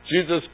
Jesus